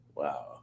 Wow